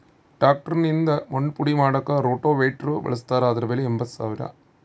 tractor ನಿಂದ ಮಣ್ಣು ಪುಡಿ ಮಾಡಾಕ ರೋಟೋವೇಟ್ರು ಬಳಸ್ತಾರ ಅದರ ಬೆಲೆ ಎಂಬತ್ತು ಸಾವಿರ